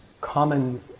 common